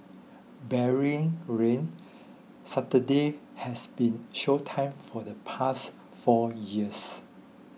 barring rain Saturday has been show time for the past four years